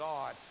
God